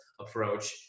approach